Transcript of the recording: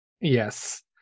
Yes